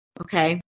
okay